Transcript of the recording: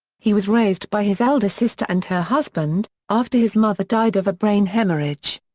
he was raised by his elder sister and her husband, after his mother died of a brain hemorrhage.